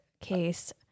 case